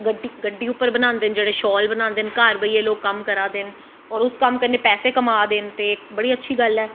गड्डी उप्पर बनांदे न जेह्ते घर बेहियै लोग शाल बनांदे वन नै और उस कम्म कन्नैं पैसे कमा दे न ते बड़ी अच्छी गल्ल ऐ